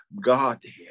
Godhead